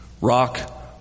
Rock